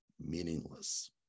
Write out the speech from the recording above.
meaningless